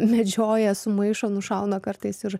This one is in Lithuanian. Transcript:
medžioja sumaišo nušauna kartais ir